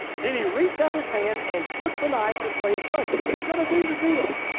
then he reached out his hand and took the knife to slay his son. he's gonna do the deal.